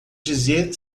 dizer